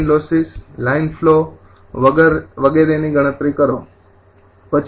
line losses line flow વગેરેની ગણતરી કરો